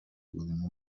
بودیم